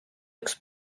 üks